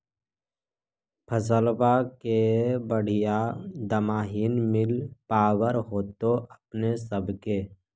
फसलबा के बढ़िया दमाहि न मिल पाबर होतो अपने सब के?